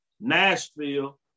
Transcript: Nashville